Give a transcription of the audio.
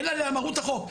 אין עליה מרות החוק.